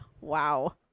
Wow